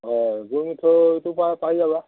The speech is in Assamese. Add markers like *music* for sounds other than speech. *unintelligible*